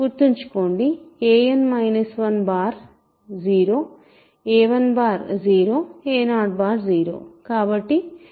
గుర్తుంచుకోండి a n 1 0 a 1 0 a 0 0